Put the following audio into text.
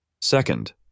Second